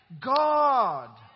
God